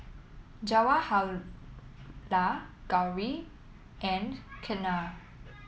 Jawaharlal Gauri and Ketna